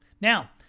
Now